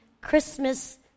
Christmas